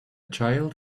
child